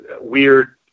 weird